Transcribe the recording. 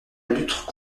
lutte